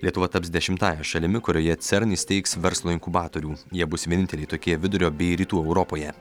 lietuva taps dešimtąja šalimi kurioje cern įsteigs verslo inkubatorių jie bus vieninteliai tokie vidurio bei rytų europoje